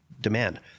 demand